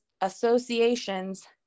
associations